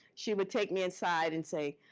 she would take me inside and say,